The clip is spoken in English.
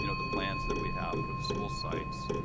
you know the plans that we have for the school sites.